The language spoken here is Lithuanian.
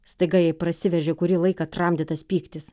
staiga jai prasiveržė kurį laiką tramdytas pyktis